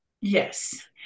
Yes